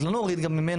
אז לא נוריד גם ממנו,